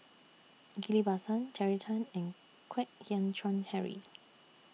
Ghillie BaSan Terry Tan and Kwek Hian Chuan Henry